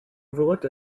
overlooked